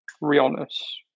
realness